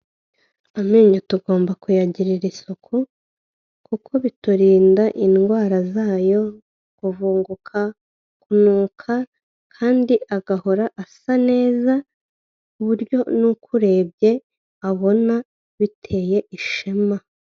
Amenyo tugomba kuyagirira isuku, kuko biturinda indwara zayo, kuvunguka, kunuka, kandi agahora asa neza, ku buryo n'ukurebye abona biteye ishema.